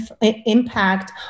impact